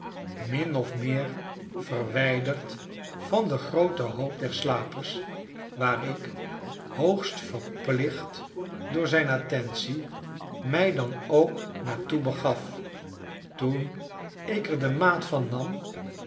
min of meer verwijderd van den grooten hoop der slapers waar ik hoogst verplicht door zyn attentie mij dan ook naar toe begaf toen ik er de maat van nam